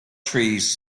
trees